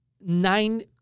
nine